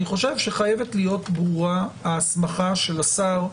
אני חושב שחייבת להיות ברורה ההסמכה של השר.